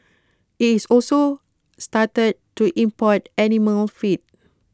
IT has also started to import animal feed